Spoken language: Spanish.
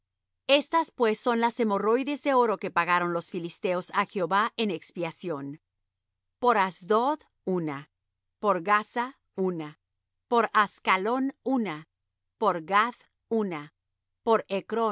estas pues son las hemorroides de oro que pagaron los filisteos á jehová en expiación por asdod una por gaza una por ascalón una por gath una por